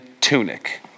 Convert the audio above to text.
tunic